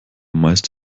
meist